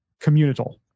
communal